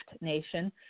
Nation